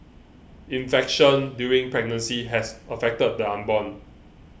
infection during pregnancy has affected the unborn